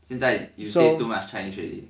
现在 you say too much chinese already